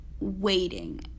waiting